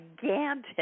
gigantic